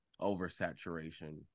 oversaturation